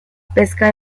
pesca